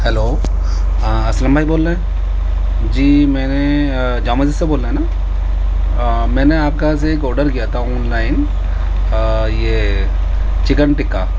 hello Aslam بھائی بول رہے ہیں جی میں نے جامع مسجد سے بول رہے ہیں نا میں نے آپ کے یہاں سے ایک آڈر کیا تھا آن لائن یہ چکن ٹکا